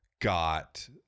got